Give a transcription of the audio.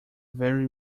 very